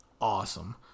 awesome